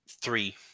Three